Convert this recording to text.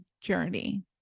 journey